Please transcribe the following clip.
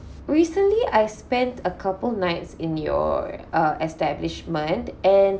recently I've spent a couple nights in your uh establishment and